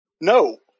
no